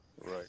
right